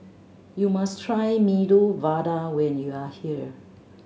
you must try Medu Vada when you are here